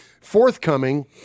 forthcoming